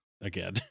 again